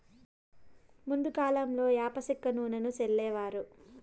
ముందు కాలంలో యాప సెక్క నూనెను సల్లేవారు